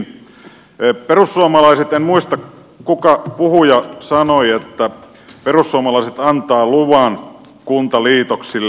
perussuomalaisista joku puhuja en muista kuka sanoi että perussuomalaiset antavat luvan kuntaliitoksille